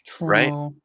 Right